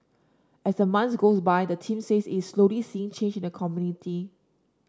as the months go by the team says it's slowly seeing change in the community